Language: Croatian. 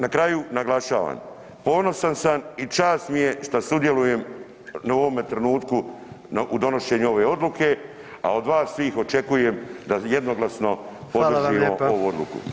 Na kraju naglašavam, ponosan sam i čast mi je što sudjelujem u ovome trenutku u donošenju ove odluke, a od vas svih očekujem da jednoglasno podržimo ovu odluku.